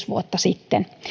vuotta sitten